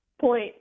point